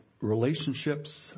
relationships